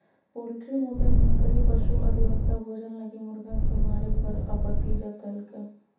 poultry मुद्दे में कई पशु अधिवक्ता भोजन लगी मुर्गी के मारे पर आपत्ति जतैल्कय